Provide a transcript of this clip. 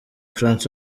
françois